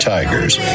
Tigers